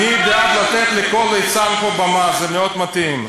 אני בעד לתת לכל ליצן פה במה, זה מאוד מתאים.